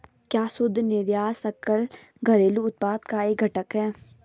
क्या शुद्ध निर्यात सकल घरेलू उत्पाद का एक घटक है?